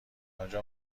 آنجا